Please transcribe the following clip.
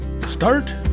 start